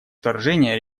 вторжения